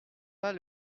pas